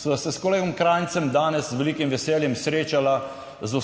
sva se s kolegom Krajncem danes z velikim veseljem srečala z